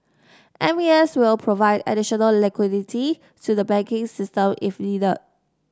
M A S will provide additional liquidity to the banking system if needed